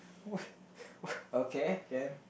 what what okay can